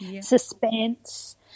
suspense